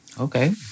Okay